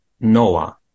Noah